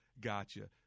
gotcha